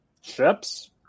ships